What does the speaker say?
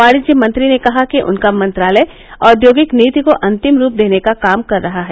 वाणिज्य मंत्री ने कहा कि उनका मंत्रालय औद्योगिक नीति को अंतिम रूप देने का काम कर रहा है